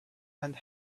and